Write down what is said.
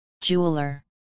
Jeweler